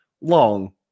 long